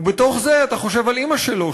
ובתוך זה אתה חושב על אימא שלו,